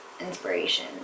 inspiration